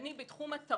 אני בתחום התרבות